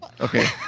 Okay